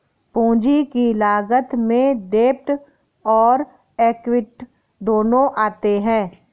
पूंजी की लागत में डेब्ट और एक्विट दोनों आते हैं